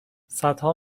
صدها